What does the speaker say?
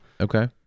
Okay